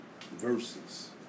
verses